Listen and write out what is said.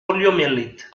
poliomyélite